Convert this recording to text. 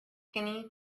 skinny